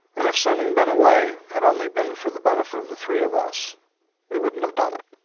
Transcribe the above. and if sending ben away had only been for the benefit of the three of us we wouldn't have done it.